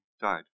died